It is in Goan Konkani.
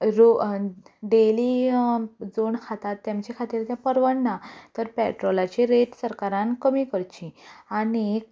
रो डैली जोडून खातात तेमच्या खातीर तें परवडना तर पेट्रोलाची रेट सरकारान कमी करची आनी